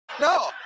no